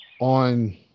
On